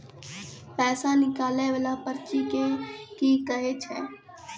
पैसा निकाले वाला पर्ची के की कहै छै?